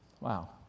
Wow